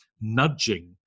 nudging